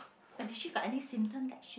but did she got any symptoms that she